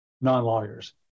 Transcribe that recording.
non-lawyers